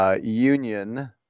union